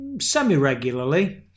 semi-regularly